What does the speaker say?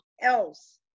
else